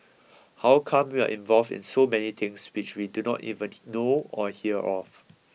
how come we are involved in so many things which we do not even know or hear of